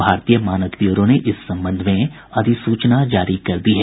भारतीय मानक ब्यूरो ने इस संबंध में अधिसूचना जारी कर दी है